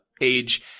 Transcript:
age